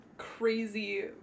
Crazy